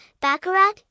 baccarat